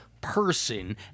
person